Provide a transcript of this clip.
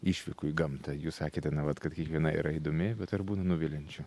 išvykų į gamtą jūs sakėte na vat kad kiekviena yra įdomi bet ar būna nuviliančių